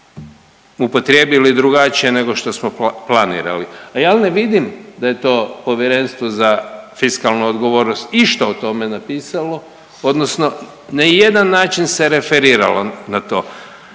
upotrijebili drugačije nego što smo planirali. A ja ne vidim da je to Povjerenstvo za fiskalnu odgovornost išta o tome napisalo odnosno ni na jedan način se referiralo na to.